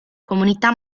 comunità